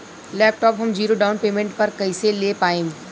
Laptop हम zero down payment पर कैसे ले पाएम?